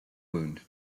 wound